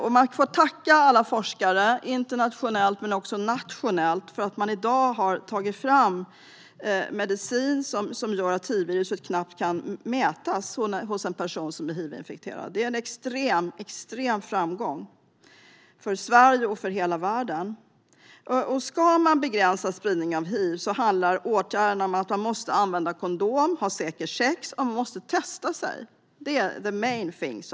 Vi får tacka alla forskare internationellt och nationellt för att det i dag finns mediciner som gör att hivviruset knappt kan mätas hos en hivinfekterad person. Det är en extrem framgång för Sverige och hela världen. Åtgärder för att begränsa spridning av hiv är att fler måste använda kondom och att fler måste testa sig. Det är the main thing.